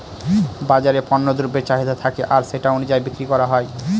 বাজারে পণ্য দ্রব্যের চাহিদা থাকে আর সেটা অনুযায়ী বিক্রি করা হয়